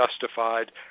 justified